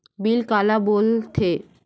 Bill काला बोल थे?